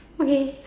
okay